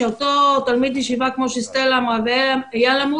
שאותו תלמיד ישיבה כמו שסטלה אמרה ואייל אמר,